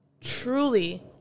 truly